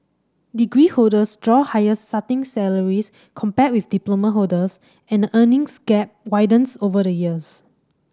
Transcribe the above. degree holders draw higher starting salaries compared with diploma holders and the earnings gap widens over the years